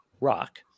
Rock